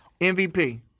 MVP